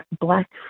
black